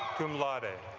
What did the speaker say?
cum laude are